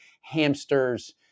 hamsters